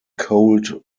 cold